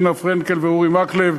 רינה פרנקל ואורי מקלב.